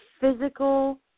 physical